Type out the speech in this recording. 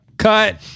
Cut